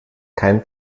kein